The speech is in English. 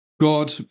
God